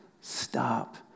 Stop